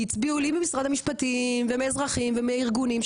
כי הצביעו לי ממשרד המשפטים ומאזרחים ומארגונים,